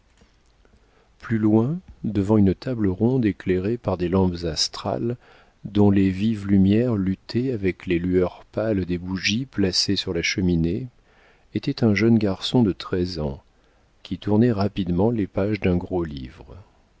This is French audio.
plus loin devant une table ronde éclairée par des lampes astrales dont les vives lumières luttaient avec les lueurs pâles des bougies placées sur la cheminée était un jeune garçon de treize ans qui tournait rapidement les pages d'un gros livre